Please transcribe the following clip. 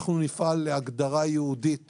אנחנו נפעל להגדרה ייעודית